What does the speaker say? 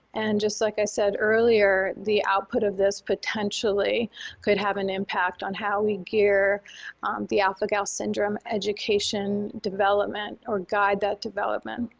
and just like i said earlier, the output of this potentially could have an impact on how we gear the alpha-gal syndrome education development or guide that development.